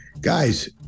Guys